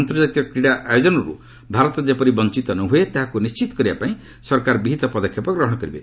ଅନ୍ତର୍ଜାତୀୟ କ୍ରୀଡ଼ା ଆୟୋଜନରୁ ଭାରତ ଯେପରି ବଞ୍ଚତ ନ ହୁଏ ତାହାକୁ ନିର୍ଜିତ କରିବାପାଇଁ ସରକାର ବିହିତ ପଦକ୍ଷେପ ଗ୍ରହଣ କରିବେ